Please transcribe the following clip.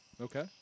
Okay